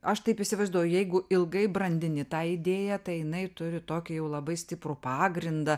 aš taip įsivaizduoju jeigu ilgai brandini tą idėją tai jinai turi tokį jau labai stiprų pagrindą